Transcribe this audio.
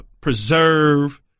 preserve